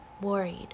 worried